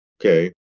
Okay